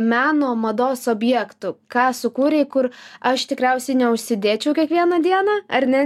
meno mados objektu ką sukūrei kur aš tikriausiai neužsidėčiau kiekvieną dieną ar ne